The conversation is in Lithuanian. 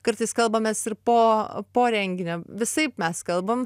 kartais kalbamės ir po po renginio visaip mes kalbam